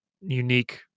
unique